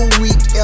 weak